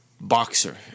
boxer